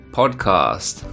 podcast